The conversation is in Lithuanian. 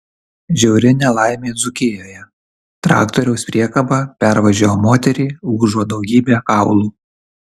žiauri nelaimė dzūkijoje traktoriaus priekaba pervažiavo moterį lūžo daugybė kaulų